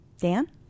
Dan